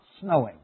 snowing